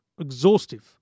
exhaustive